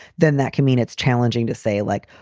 then that can mean it's challenging to say, like,